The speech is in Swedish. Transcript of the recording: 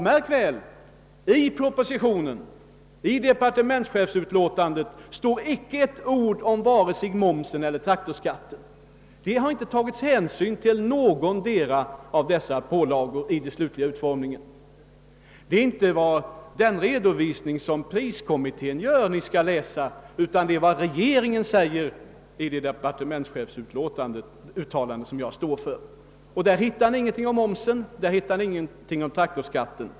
Märk väl att i propositionen stod inte ett ord om vare sig momsen eller traktorskatten, och det har alltså inte tagits Hänsyn till någon av dessa pålagor vid den slutliga utformningen. Ni skall inte läsa priskommitténs redovisning utan vad regeringen skriver i departementschefsuttalandet — ett uttalande som jag står för. Där hittar ni ingenting om momsen och ingenting om traktorskatten.